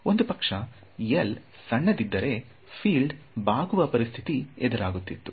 ಒಂದು ಪಕ್ಷ L ಸಣ್ಣದಾಗಿದ್ದರೆ ಫೀಲ್ಡ್ ಬಾಗುವ ಪರಿಸ್ಥಿತಿ ಎದುರಾಗುತ್ತಿತ್ತು